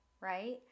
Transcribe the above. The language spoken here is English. right